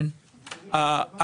מה שנאמר כאן, זה לא מה שמוצע.